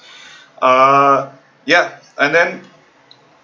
uh ya and then